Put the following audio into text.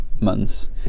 months